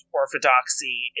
orthodoxy